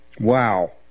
Wow